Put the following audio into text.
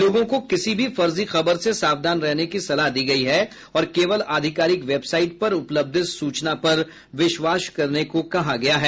लोगों को किसी भी फर्जी खबर से सावधान रहने की सलाह दी गई है और केवल आधिकारिक वेबसाइट पर उपलब्ध सूचना पर विश्वास करने को कहा गया है